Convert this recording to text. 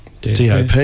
dop